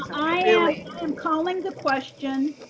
i am calling the question,